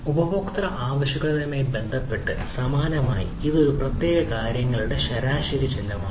ഉപയോക്തൃ ആവശ്യകതയുമായി ബന്ധപ്പെട്ട് സമാനമായി ഇത് ഒരു പ്രത്യേക കാര്യങ്ങളുടെ ശരാശരി ചിലവാണ്